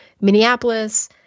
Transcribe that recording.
Minneapolis